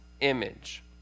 image